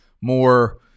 more